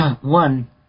one